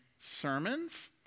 sermons